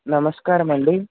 నమస్కారమండి